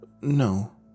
No